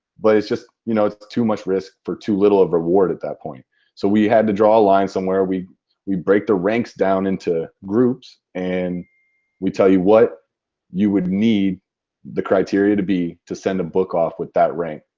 but it's just you know, it's too much risk for too little of reward at that point so we had to draw a line somewhere. we we break the ranks down into groups and we tell you what you would need the criteria to be to send a book off with that rank.